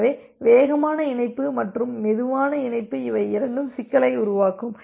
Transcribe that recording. எனவே வேகமான இணைப்பு மற்றும் மெதுவான இணைப்பு இவை இரண்டும் சிக்கலை உருவாக்கும்